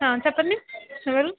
చెప్పండి ఎవరు